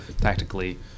tactically